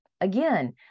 again